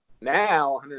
Now